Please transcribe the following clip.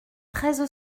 treize